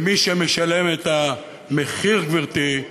מי שמשלם את המחיר, גברתי,